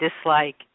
dislike